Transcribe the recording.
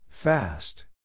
Fast